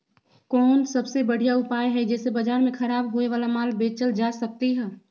कोन सबसे बढ़िया उपाय हई जे से बाजार में खराब होये वाला माल बेचल जा सकली ह?